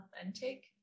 authentic